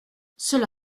cela